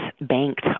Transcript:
banked